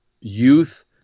youth